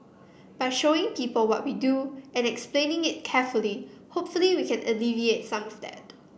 by showing people what we do and explaining it carefully hopefully we can alleviate some of that